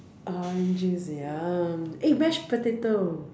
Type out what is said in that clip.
orange juice yum eh mash potato